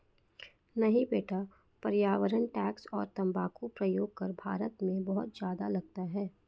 नहीं बेटा पर्यावरण टैक्स और तंबाकू प्रयोग कर भारत में बहुत ज्यादा लगता है